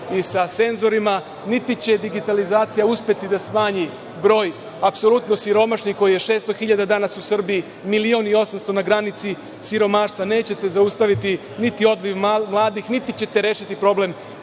i sa senzorima, niti će digitalizacija uspeti da smanji broj apsolutno siromašnih, koji je danas u Srbiji 600 hiljada, milion i 800 na granici siromaštva. Nećete zaustaviti niti odliv mladih, niti ćete rešiti problem